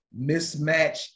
mismatch